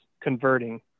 converting